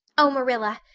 oh, marilla,